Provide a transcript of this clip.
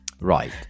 Right